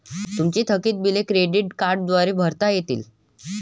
तुमची थकीत बिले क्रेडिट कार्डद्वारे भरता येतील